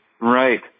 right